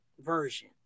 version